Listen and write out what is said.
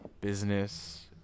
business